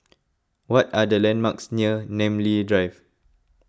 what are the landmarks near Namly Drive